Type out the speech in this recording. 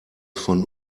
von